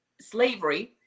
slavery